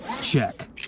Check